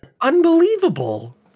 Unbelievable